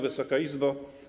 Wysoka Izbo!